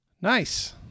Nice